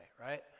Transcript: right